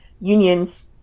unions